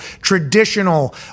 traditional